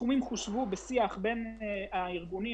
הסכומים חושבו בשיח בין הארגונים